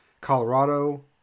Colorado